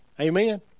Amen